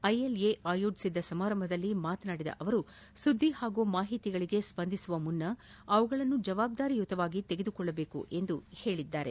ILA ಆಯೋಜಿಸಿದ್ದ ಸಮಾರಂಭದಲ್ಲಿ ಮಾತನಾಡಿದ ಅವರು ಸುದ್ದಿ ಹಾಗೂ ಮಾಹಿತಿಗಳಿಗೆ ಸ್ವಂದಿಸುವೆ ಮುನ್ನ ಅವುಗಳನ್ನು ಜವಾಬ್ದಾರಿಯುತವಾಗಿ ತೆಗೆದುಕೊಳ್ಳಬೇಕು ಎಂದು ಹೇಳಿದ್ದಾರೆ